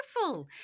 wonderful